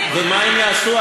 ומה הם יעשו,